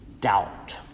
doubt